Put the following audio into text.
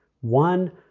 one